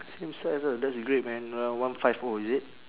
same size ah that's great man uh one five O is it